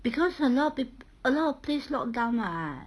because a lot of pl~ a lot of place lock down [what]